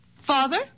Father